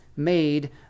made